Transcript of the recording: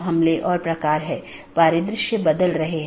इसमें स्रोत या गंतव्य AS में ही रहते है